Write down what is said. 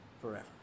forever